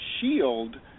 shield